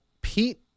Pete